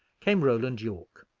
came roland yorke.